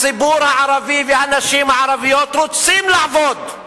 הציבור הערבי והנשים הערביות רוצים לעבוד,